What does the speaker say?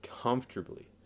comfortably